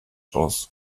aus